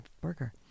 burger